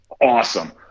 awesome